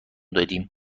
دادیم